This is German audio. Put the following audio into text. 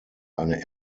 eine